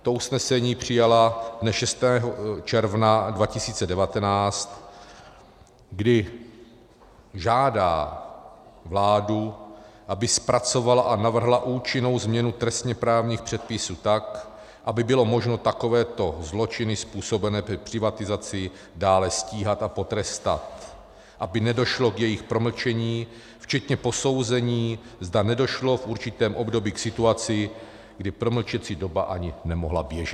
To usnesení přijala dne 6. června 2019, kdy žádá vládu, aby zpracovala a navrhla účinnou změnu trestněprávních předpisů tak, aby bylo možno takovéto zločiny způsobené privatizací dále stíhat a potrestat, aby nedošlo k jejich promlčení, včetně posouzení, zda nedošlo v určitém období k situaci, kdy promlčecí doba ani nemohla běžet.